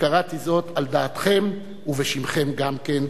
וקראתי זאת על דעתכם ובשמכם גם כן.